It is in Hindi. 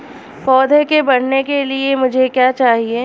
पौधे के बढ़ने के लिए मुझे क्या चाहिए?